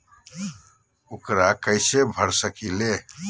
ऊकरा कैसे भर सकीले?